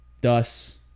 thus